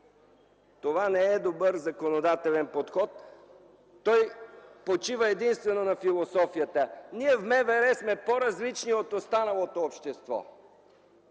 Това не е добър законодателен подход. Той почива единствено на философията – ние в МВР сме по-различни от останалото общество.